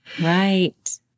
Right